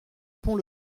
pont